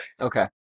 okay